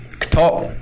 talk